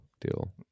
deal